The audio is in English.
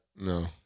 No